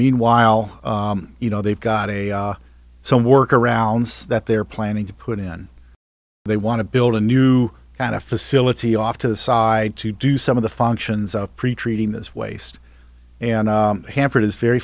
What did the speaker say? meanwhile you know they've got a some work arounds that they're planning to put in they want to build a new kind of facility off to the side to do some of the functions of pre treating this waste and hanford is very